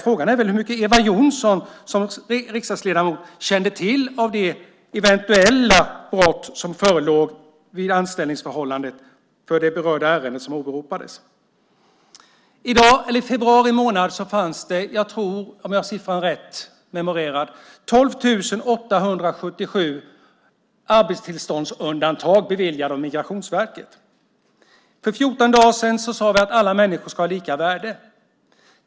Frågan är vad Eva Johnsson som riksdagsledamot kände till av det eventuella brott som förelåg vid anställningsförhållandet i det berörda ärendet som åberopades. Om jag har siffran rätt memorerad fanns det i februari månad 12 877 arbetstillståndsundantag beviljade av Migrationsverket. För 14 dagar sedan sade vi att alla människor ska ha lika värde.